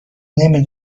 نمی